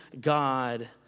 God